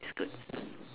it's good